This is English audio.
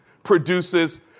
produces